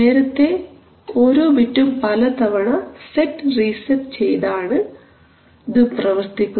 നേരത്തെ ഓരോ ബിറ്റും പലതവണ സെറ്റ് റീസെറ്റ് ചെയ്താണ് ഇത് പ്രവർത്തിക്കുന്നത്